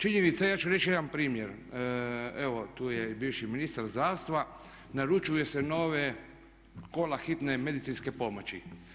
Činjenica je, ja ću reći jedan primjer, evo tu je i bivši ministar zdravstva, naručuje se nova kola hitne medicinske pomoći.